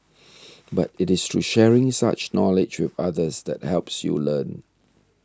but it is through sharing such knowledge with others that helps you learn